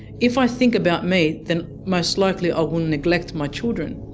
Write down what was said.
if i think about me than most likely i will neglect my children,